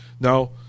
Now